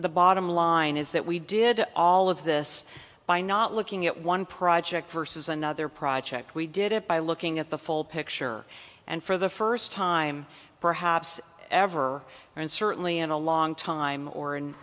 the bottom line is that we did all of this by not looking at one project versus another project we did it by looking at the full picture and for the first time perhaps ever and certainly in a long time or in